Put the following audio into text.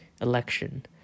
election